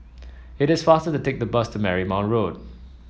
it is faster to take the bus to Marymount Road